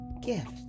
gift